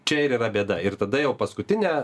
čia ir yra bėda ir tada jau paskutinę